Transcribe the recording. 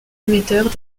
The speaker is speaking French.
émetteurs